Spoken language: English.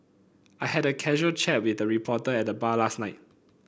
I had a casual chat with a reporter at the bar last night